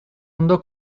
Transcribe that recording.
ondo